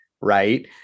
Right